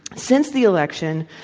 since the election,